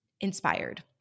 Inspired